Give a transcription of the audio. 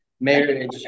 marriage